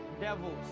devils